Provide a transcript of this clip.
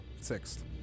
Sixth